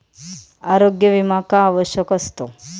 आरोग्य विमा का आवश्यक असतो?